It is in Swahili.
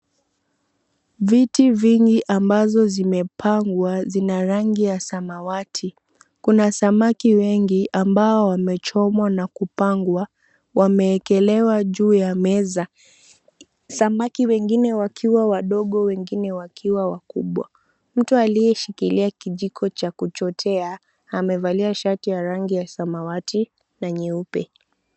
Viti vingi ambazo zimepangwa, zina rangi ya samawati. Kuna samaki wengi ambao wamechomwa na kupangwa, wameekelewa juu ya meza. Samaki wengine wakiwa wadogo, wengine wakiwa wakubwa. Mtu aliyeshikilia kijiko cha kuchotea amevalia shati ya rangi ya samawati na nyeupe.